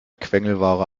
quengelware